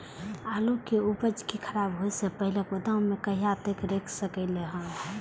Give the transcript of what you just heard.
आलु के उपज के खराब होय से पहिले गोदाम में कहिया तक रख सकलिये हन?